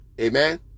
Amen